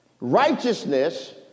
Righteousness